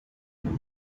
grip